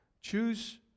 Choose